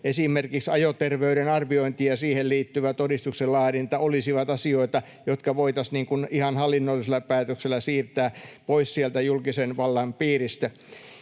esimerkiksi ajoterveyden arviointi ja siihen liittyvä todistuksen laadinta, olisivat asioita, jotka voitaisiin ihan hallinnollisella päätöksellä siirtää pois sieltä julkisen vallan piiristä.